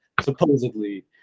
supposedly